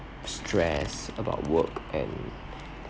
stress about work and